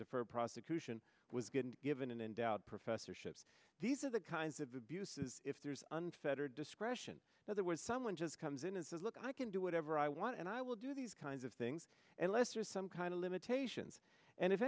deferred prosecution was getting given in and out professorships these are the kinds of abuses if there's unfettered discretion now there was someone just comes in and says look i can do whatever i want and i will do these kinds of things and lester some kind of limitations and if